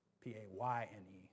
P-A-Y-N-E